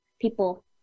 people